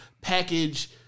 package